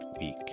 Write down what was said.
week